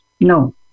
No